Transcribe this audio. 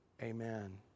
Amen